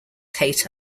hate